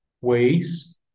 ways